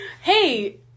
Hey